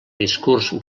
discurs